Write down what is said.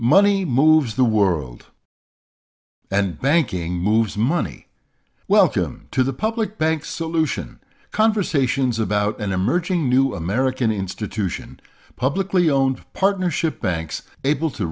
money moves the world and banking moves money welcome to the public bank solution conversations about an emerging new american institution a publicly owned partnership banks able to